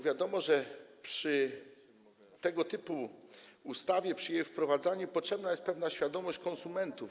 Wiadomo, że przy tego typu ustawie, przy jej wprowadzaniu potrzebna jest pewna świadomość konsumentów.